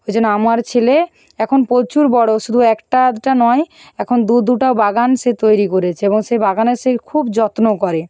ওই জন্য আমার ছেলে এখন প্রচুর বড়ো শুধু একটা আধটা নয় এখন দু দুটো বাগান সে তৈরি করেছে এবং সেই বাগানের সে খুব যত্ন করে